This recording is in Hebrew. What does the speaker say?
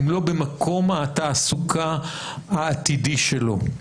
אם לא במקום התעסוקה העתידי שלו.